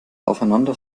aufeinander